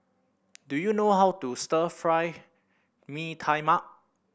do you know how to Stir Fry Mee Tai Mak